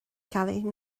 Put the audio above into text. ceallaigh